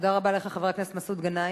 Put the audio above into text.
תודה רבה לך, חבר הכנסת מסעוד גנאים.